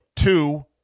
Two